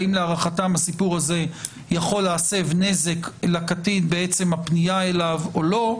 האם להערכתם הסיפור הזה יכול להסב נזק לקטין בעצם הפנייה אליו או לא.